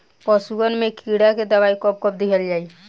पशुअन मैं कीड़ा के दवाई कब कब दिहल जाई?